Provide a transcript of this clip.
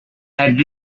had